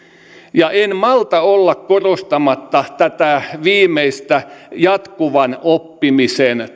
ja en malta olla korostamatta tätä viimeistä jatkuvan oppimisen